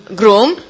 groom